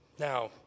Now